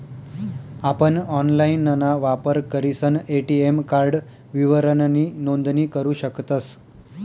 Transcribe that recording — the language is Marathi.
आपण ऑनलाइनना वापर करीसन ए.टी.एम कार्ड विवरणनी नोंदणी करू शकतस